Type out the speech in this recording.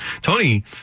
Tony